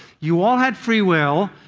you all had free will,